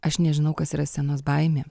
aš nežinau kas yra scenos baimė